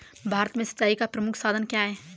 भारत में सिंचाई का प्रमुख साधन क्या है?